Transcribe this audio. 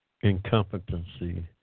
incompetency